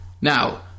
Now